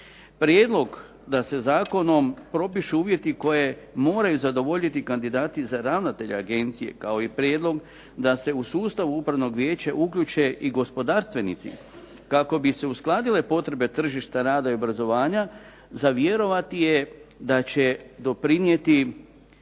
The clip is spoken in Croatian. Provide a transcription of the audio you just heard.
Prijedlog da se zakonom propišu uvjeti koje moraju zadovoljiti kandidati za ravnatelja agencije kao i prijedlog da se u sustav upravnog vijeća uključe i gospodarstvenici kako bi se uskladile potrebe tržišta rada i obrazovanje za vjerovati je da će doprinijeti